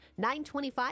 925